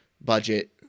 budget